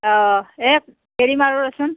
অ' এই হেৰি মাৰোঁ ৰচোন